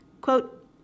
quote